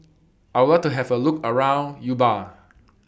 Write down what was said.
I Would like to Have A Look around Juba